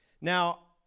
Now